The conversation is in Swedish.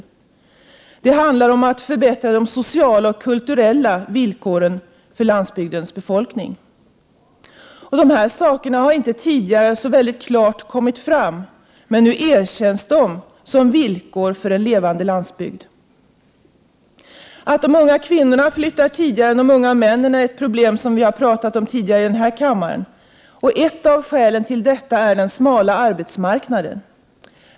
3 Det handlar om att förbättra de sociala och kulturella villkoren för landsbygdens befolkning. Dessa saker har tidigare inte kommit fram så tydligt i debatten, men nu erkänns de som villkor för en levande landsbygd. Att de unga kvinnorna flyttar tidigare än de unga männen är ett problem som vi diskuterat tidigare i denna kammare. Ett av skälen härtill är den smala arbetsmarknaden.